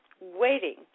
waiting